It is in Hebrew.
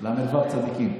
ל"ו צדיקים.